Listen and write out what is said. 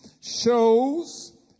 shows